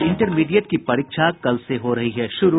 और इंटरमीडिएट की परीक्षा कल से हो रही है शुरू